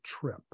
trip